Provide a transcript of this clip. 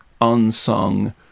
unsung